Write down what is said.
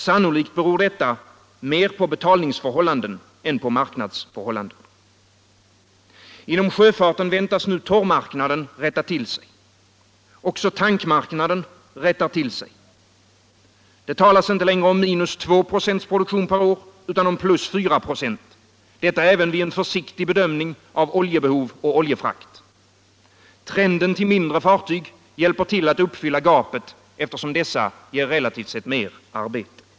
Sannolikt beror detta mer på betalningsförhållanden än på marknadsförhållanden. Inom sjöfarten väntas torrmarknaden nu rätta till sig. Också tankmarknaden rättar till sig. Det talas inte längre om minus 2 96 produktion per år, utan om plus 4 96 — detta även vid en försiktig bedömning av oljebehov och oljekraft. Trenden till mindre fartyg hjälper till att uppfylla gapet, eftersom mindre fartyg relativt sett ger mer arbete.